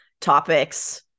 topics